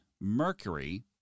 Mercury